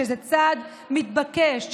שזה צעד מתבקש,